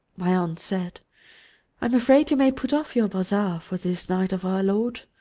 my aunt said i'm afraid you may put off your bazaar for this night of our lord.